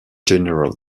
general